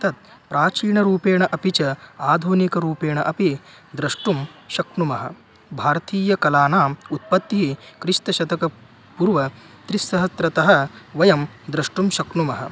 तत् प्राचीण रूपेण अपि च आधूनिकरूपेण अपि द्रष्टुं शक्नुमः भारतीयकलानाम् उत्पत्तिः क्रिस्तु शतकात् पूर्वं त्रिसहस्रतः वयं द्रष्टुं शक्नुमः